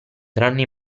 tranne